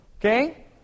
Okay